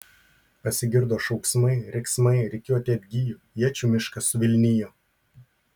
pasigirdo šauksmai riksmai rikiuotė atgijo iečių miškas suvilnijo